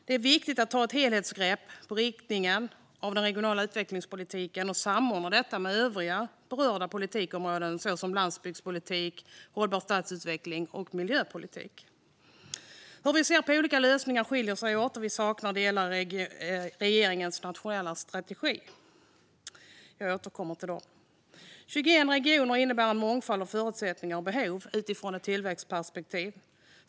Det är viktigt att ta ett helhetsgrepp på inriktningen av den regionala utvecklingspolitiken och samordna den med övriga berörda politikområden såsom landsbygdspolitik, politik för hållbar stadsutveckling och miljöpolitik. Hur vi ser på olika lösningar skiljer sig åt, och vi saknar delar i regeringens nationella strategi. Jag återkommer till dem. Fru talman! 21 regioner innebär en mångfald av förutsättningar och behov utifrån ett tillväxtperspektiv.